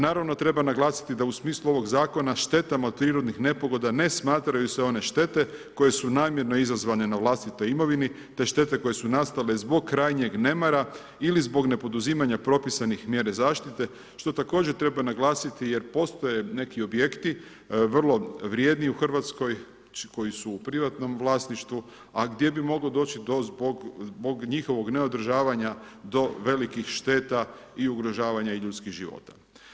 Naravno, treba naglasiti da u smislu ovog zakona, štetama od prirodnih nepogodama, ne smatraju se one štete koje su namjerno izazvane na vlastitoj imovini, te štete koje su nastale zbog krajnjeg nemara ili zbog nepoduzimanja propisanih mjere zaštite, što također treba naglasiti jer postoje neki objekti, vrlo vrijedni u Hrvatskoj, koji su u privatnom vlasništvu, a gdje bi moglo doći zbog njihovog neodržavanja, do velikih šteta i ugrožavanja ljudskih života.